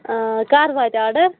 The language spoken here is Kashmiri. آ کَر واتہِ آرڈر